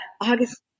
August